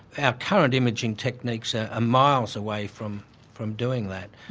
our current imaging techniques are miles away from from doing that.